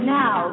now